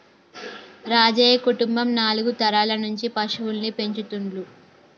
రాజయ్య కుటుంబం నాలుగు తరాల నుంచి పశువుల్ని పెంచుతుండ్లు